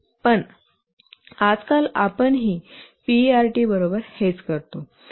पण आजकाल आपणही पीईआरटी बरोबर हेच करतो